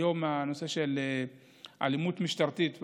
היום הנושא של אלימות משטרתית,